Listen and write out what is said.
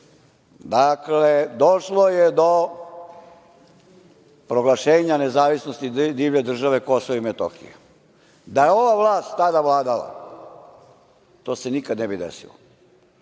Dakle, došlo je do proglašenja nezavisnosti divlje države Kosova i Metohije. Da je ova vlast tada vladala, to se nikada ne bi desilo.